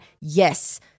Yes